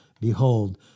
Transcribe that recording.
behold